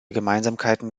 gemeinsamkeiten